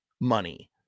money